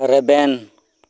ᱨᱮᱵᱮᱱ